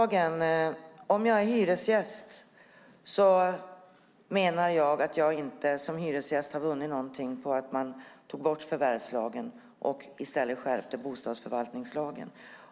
Jag menar att jag som hyresgäst inte har vunnit någonting på att man tog bort förvärvslagen och i stället skärpte bostadsförvaltningslagen.